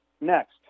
Next